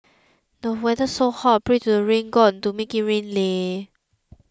the weather's so hot pray to the rain god to make it rain leh